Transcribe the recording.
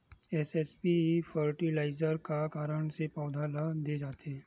SSP fertiliser का कारण से पौधा ल दे जाथे?